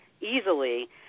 easily